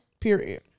Period